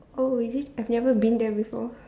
oh is it I've never been there before